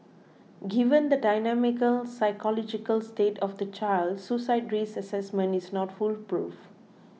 given the dynamic psychological state of the child suicide risk assessment is not foolproof